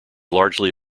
largely